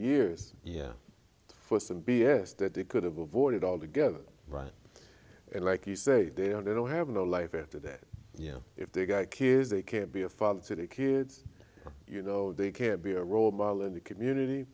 years yeah for some b s that they could have avoided altogether right in like you say they don't they don't have no life at that you know if they got kids they can't be a father to their kids you know they can't be a role model in the community